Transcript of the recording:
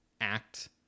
act